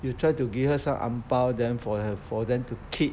you try to give some her ang pow then for th~ for them to keep